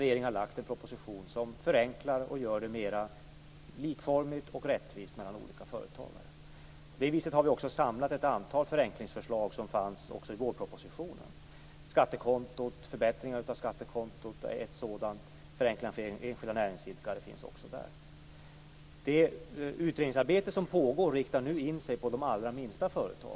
Regeringen har nu lagt fram en proposition som förenklar och gör det mer likformigt och rättvist mellan olika företagare. Vi har också samlat ett antal förenklingsförslag som fanns i vårpropositionen. Förbättringar av skattekontot är ett sådant. Där finns också förslaget om förenklingar för enskilda näringsidkare. Det utredningsarbete som pågår riktar nu in sig på de allra minsta företagen.